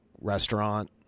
restaurant